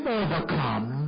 overcome